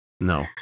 No